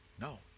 No